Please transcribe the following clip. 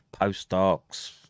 postdocs